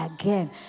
again